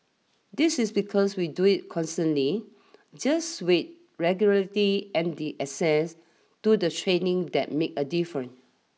this is because we do it constantly just with regularity and the access to the training that makes a difference